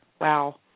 wow